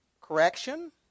Correction